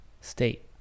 state